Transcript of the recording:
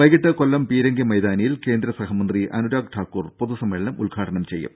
വൈകീട്ട് കൊല്ലം പീരങ്കി മൈതാനിയിൽ കേന്ദ്ര സഹമന്ത്രി അനുരാഗ് ഠാക്കൂർ പൊതുസമ്മേളനം ഉദ്ഘാടനം ചെയ്യും